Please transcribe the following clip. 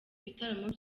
bitaramo